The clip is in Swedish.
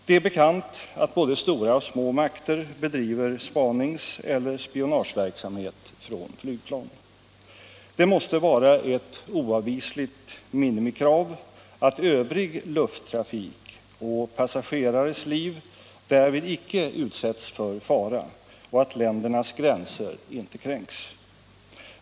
Det är bekant att både stora och små makter bedriver spanings-eller spionageverksamhet från flygplan. Det måste vara ett oavvisligt minimikrav att övrig lufttrafik och passagerares liv därvid icke utsätts för fara och att ländernas gränser inte kränks.